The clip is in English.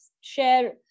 share